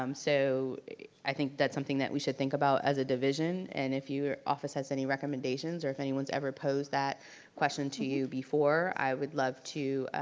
um so i think that's something that we should think about as a division, and if your office has any recommendations or if anyone has ever posed that question to you before i would love to,